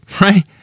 right